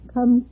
Come